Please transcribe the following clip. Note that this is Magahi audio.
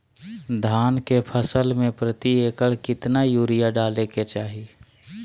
धान के फसल में प्रति एकड़ कितना यूरिया डाले के चाहि?